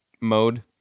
mode